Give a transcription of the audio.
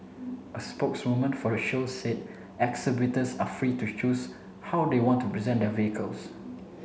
a spokeswoman for the show said exhibitors are free to choose how they want to present their vehicles